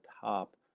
top